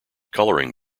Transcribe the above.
coloring